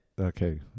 Okay